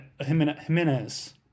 Jimenez